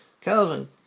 Calvin